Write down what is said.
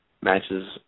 matches